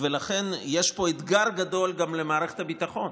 יש פה אתגר גדול גם למערכת הביטחון,